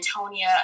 Antonia